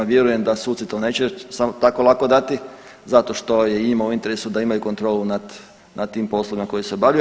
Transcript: Vjerujem da suci to neće samo tako lako dati zato što je i njima u interesu da imaju kontrolu nad tim poslovima koji se obavljaju.